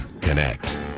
Connect